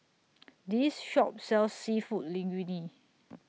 This Shop sells Seafood Linguine